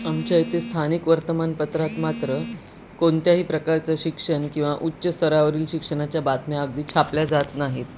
आमच्या इथे स्थानिक वर्तमानपत्रात मात्र कोणत्याही प्रकारचं शिक्षण किंवा उच्च स्तरावरील शिक्षणाच्या बातम्या अगदी छापल्या जात नाहीत